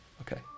Okay